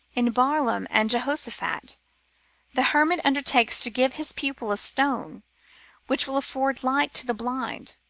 in barlaam and josaphat the hermit undertakes to give his pupil a stone which will afford light to the blind,